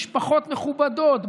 משפחות מכובדות,